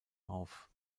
auf